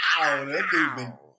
wow